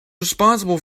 responsible